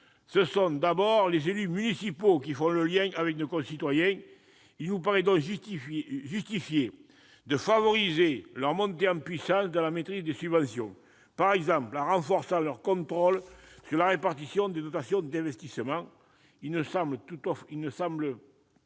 ce sont d'abord les élus municipaux qui font le lien avec nos concitoyens. Il nous paraît donc justifié de favoriser leur montée en puissance dans la maîtrise des subventions, par exemple en renforçant leur contrôle sur la répartition des dotations d'investissement. Il ne semble